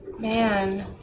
Man